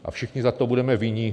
A všichni za to budeme vinni.